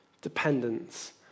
dependence